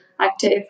active